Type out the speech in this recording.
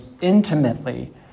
intimately